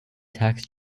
tax